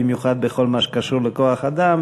במיוחד בכל מה שקשור לכוח-אדם,